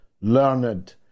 learned